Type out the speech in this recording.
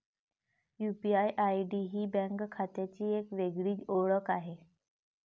UPI ID ही bank खात्याची एक वेगळी ओळख आहे